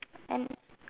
and